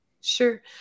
Sure